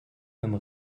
comme